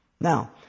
Now